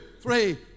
three